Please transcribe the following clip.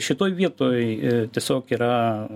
šitoj vietoj tiesiog yra